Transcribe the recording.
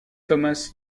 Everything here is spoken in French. thomas